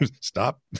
Stop